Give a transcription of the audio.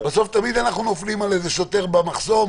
בסוף אנחנו תמיד נופלים על איזה שוטר במחסום,